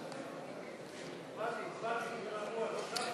הצבעתי, הצבעתי.